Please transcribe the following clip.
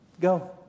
Go